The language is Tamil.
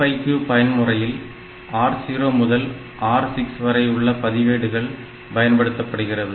FIQ பயன்முறையில் R0 முதல் R6 வரை உள்ள பதிவேடுகள் பயன்படுத்தப்படுகிறது